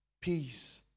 peace